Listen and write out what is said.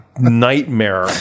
Nightmare